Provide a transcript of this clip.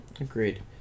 Agreed